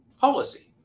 policy